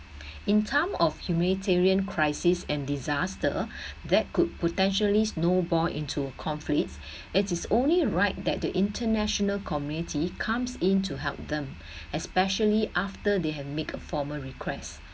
in terms of humanitarian crisis and disaster that could potentially snowball into conflicts it is only right that the international community comes in to help them especially after they have made a formal request